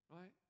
Right